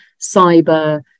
cyber